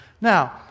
Now